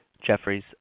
Jeffries